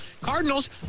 Cardinals